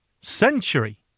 Century